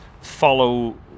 follow